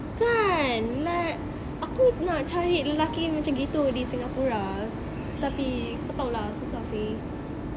kan like aku nak cari lelaki macam gitu di singapura tapi kau tahu lah susah seh